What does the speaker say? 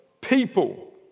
people